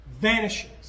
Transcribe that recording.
vanishes